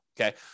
okay